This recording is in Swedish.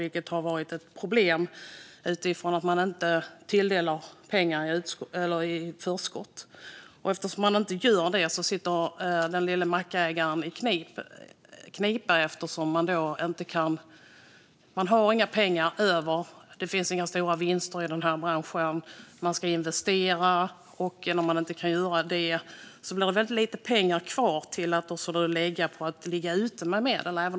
Det har varit ett problem att man inte tilldelar pengar i förskott. Eftersom man inte gör det sitter ägare av små mackar i knipa. Man har inga pengar över. Det finns inga stora vinster i den här branschen. Man ska investera, och det blir väldigt lite pengar kvar om man ska ligga ute med medel.